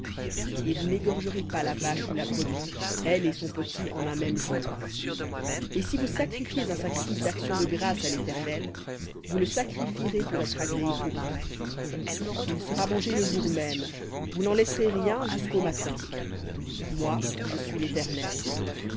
et vous n'égorgerez pas la vache ou la brebis elle et son petit en un même jour et si vous sacrifiez un sacrifice d'action de grâces à l'éternel vous le sacrifierez pour être agréé pour vous il sera mangé le jour même vous n'en laisserez rien jusqu'au matin moi je suis l'éternel